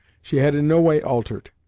she had in no way altered.